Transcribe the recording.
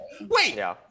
Wait